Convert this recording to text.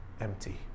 empty